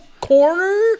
corner